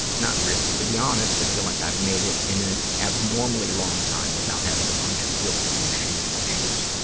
not really. to be honest, i feel like i've made it in an abnormally long time without have a bunch of guilt and shame issues.